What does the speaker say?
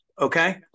okay